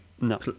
No